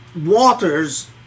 waters